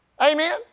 Amen